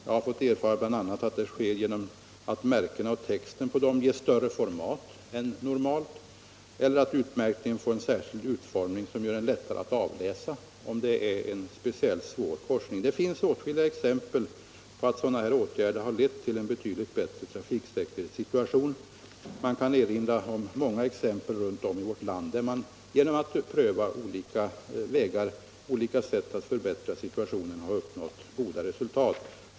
Jag vet att det bl.a. sker genom att märkena och texten på dem ges större format än normalt, eller — om det är en speciellt svår korsning — att utmärkningen får en särskild utformning som gör den lättare att avläsa. Det finns åtskilliga exempel på att sådana åtgärder lett till en betydligt bättre trafiksäkerhetssituation. Man kan erinra om många platser i vårt land där man genom att pröva olika sätt att förbättra situationen har uppnått goda resultat.